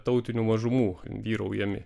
tautinių mažumų vyraujami